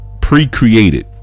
pre-created